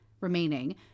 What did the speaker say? remaining